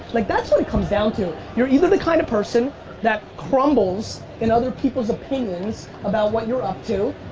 like that's what it comes down to. you're either the kind of person that crumbles at other people's opinions about what you're up to,